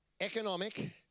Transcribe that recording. Economic